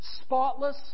spotless